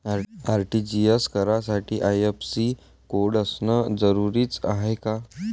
RTGS करासाठी IFSC code असनं जरुरीच हाय का?